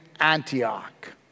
Antioch